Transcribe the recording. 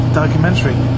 documentary